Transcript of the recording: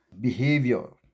behavior